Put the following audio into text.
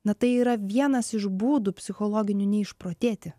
na tai yra vienas iš būdų psichologinių neišprotėti